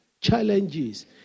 Challenges